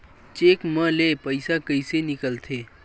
Cheque म ले पईसा कइसे निकलथे?